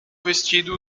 vestido